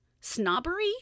snobbery